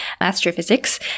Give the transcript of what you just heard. astrophysics